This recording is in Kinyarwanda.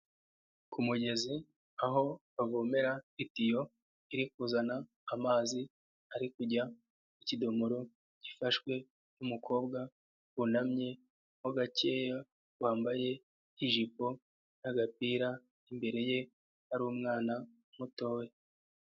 Ku kumugezi aho avomera itiyo iri kuzana amazi ari kujya mu ikidomoro gifashwe n'umukobwa wunamye ho gakeya wambaye ijipo n'agapira imbere ye hari umwana mutoya.